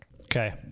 Okay